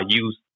use